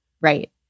Right